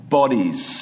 bodies